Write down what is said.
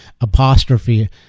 apostrophe